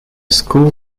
school